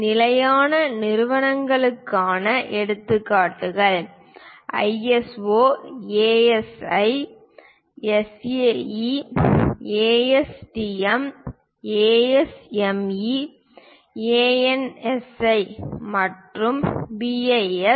நிலையான நிறுவனங்களுக்கான எடுத்துக்காட்டுகள் ISO AISI SAE ASTM ASME ANSI மற்றும் BIS